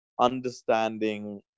understanding